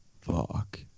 Fuck